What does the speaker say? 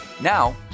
Now